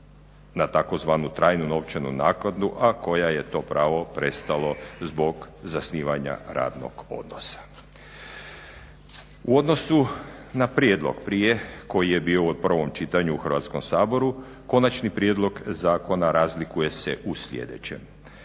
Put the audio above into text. na tzv. trajnu novčanu naknadu a koje je to pravo prestalo zbog zasnivanja radnog odnosa. U odnosu na prijedlog prije koji je bio u prvom čitanju u Hrvatskom saboru konačni prijedlog zakona razlikuje se u sljedećem.